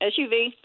SUV